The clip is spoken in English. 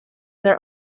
their